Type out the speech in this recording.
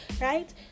right